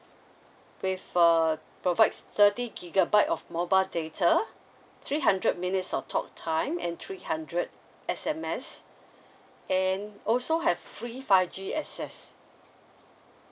with uh provides thirty gigabyte of mobile data three hundred minutes of talk time and three hundred S_M_S and also have free five G access